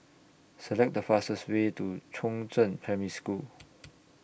Select The fastest Way to Chongzheng Primary School